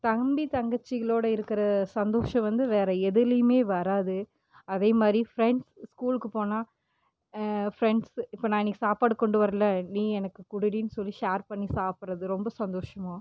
தம்பி தங்கச்சிகளோட இருக்கிற சந்தோஷம் வந்து வேறு எதுலியுமே வராது அதே மாரி ஃப்ரெண்ட்ஸ் ஸ்கூலுக்கு போனால் ஃப்ரெண்ட்ஸு இப்போ நான் இன்னக்கு சாப்பாடு கொண்டு வரல நீ எனக்கு குடுடின்னு சொல்லி ஷேர் பண்ணி சாப்பிட்றது ரொம்ப சந்தோஷமாக